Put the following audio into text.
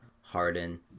Harden